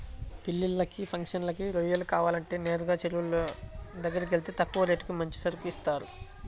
పెళ్ళిళ్ళకి, ఫంక్షన్లకి రొయ్యలు కావాలంటే నేరుగా చెరువులోళ్ళ దగ్గరకెళ్తే తక్కువ రేటుకి మంచి సరుకు ఇత్తారు